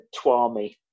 tuami